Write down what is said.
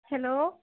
hello